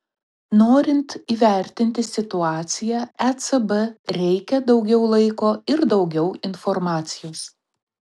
norint įvertinti situaciją ecb reikia daugiau laiko ir daugiau informacijos